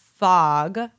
fog